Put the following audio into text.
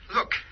Look